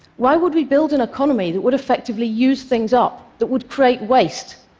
why would we build an economy that would effectively use things up, that would create waste?